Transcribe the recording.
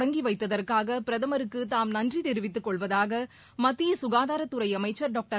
தொடங்கி வைத்ததற்காக பிரதமருக்கு தாம் நன்றி தெரிவித்து கொள்வதாக மத்திய சுகாதாரத்துறை அமைச்சர் டாக்டர்